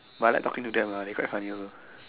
but I like talking to them lah they quite funny also